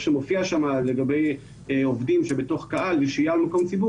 שמופיע שם לגבי עובדים שבתוך קהל ושהייה בציבור.